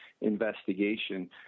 investigation